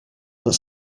but